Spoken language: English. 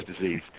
disease